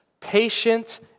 patient